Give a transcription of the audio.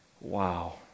Wow